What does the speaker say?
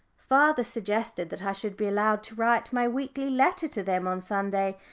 father suggested that i should be allowed to write my weekly letter to them on sunday,